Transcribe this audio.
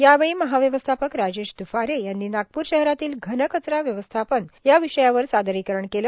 यावेळी महाव्यवस्थापक राजेश दुफारे यांनी नागपूर शहरातील घनकचरा व्यवस्थापन या विषयावर सादरीकरण केलं